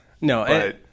No